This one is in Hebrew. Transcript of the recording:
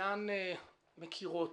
אינן מכירות